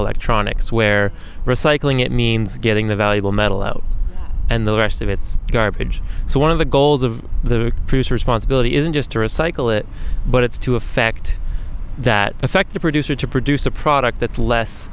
electronics where recycling it means getting the valuable metal out and the rest of it's garbage so one of the goals of the producers sponsibility isn't just to recycle it but it's to effect that effect the producer to produce a product that's less